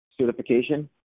Certification